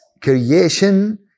creation